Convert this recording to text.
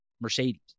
Mercedes